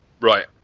right